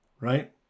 right